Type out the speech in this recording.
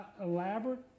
elaborate